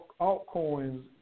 altcoins